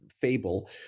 fable